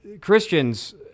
Christians